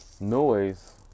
noise